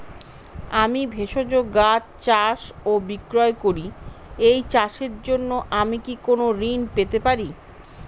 আমি ভেষজ গাছ চাষ ও বিক্রয় করি এই চাষের জন্য আমি কি কোন ঋণ পেতে পারি?